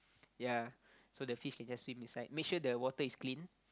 ya so the fish can just swim inside make sure the water is clean